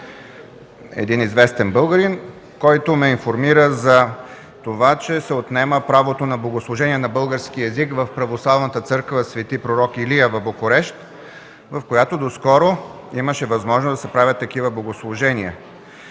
един известен българин, който ме информира за това, че се отнема правото на богослужение на български език в православната църква „Св. пророк Илия” в Букурещ, в която доскоро имаше възможност да се правят такива богослужения.